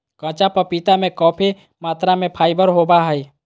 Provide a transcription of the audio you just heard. कच्चा पपीता में काफी मात्रा में फाइबर होबा हइ